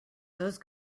those